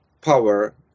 power